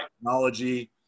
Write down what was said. technology